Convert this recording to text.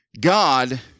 God